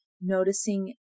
noticing